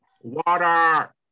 water